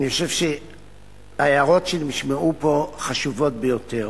אני חושב שההערות שנשמעו פה חשובות ביותר.